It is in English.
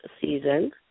season